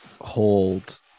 hold